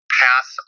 pass